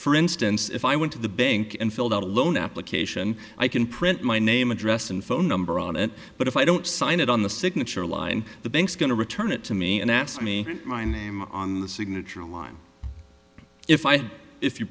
for instance if i went to the bank and filled out a loan application i can print my name address and phone number on it but if i don't sign it on the signature line the bank's going to return it to me and asked me my name on the signature line if i if you